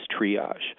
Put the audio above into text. triage